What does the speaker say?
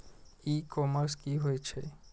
ई commerce की होए छै?